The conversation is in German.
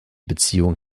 beziehung